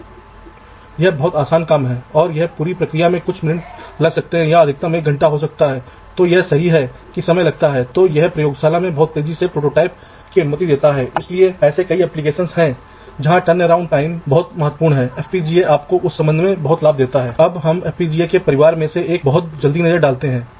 तो यहाँ इनमें से प्रत्येक ये धारियाँ हैं आप दो या दो से अधिक परतों पर ऐसी धातु की धारियाँ बनाते हैं जिससे धातु के कनेक्शन उपलब्ध होंगे एक से अधिक परतों पर भी बिजली कनेक्शन क्योंकि कुछ मामलों में आपको इस कनेक्शन को एक से अधिक परत पर भी उपलब्ध कराने की आवश्यकता होती है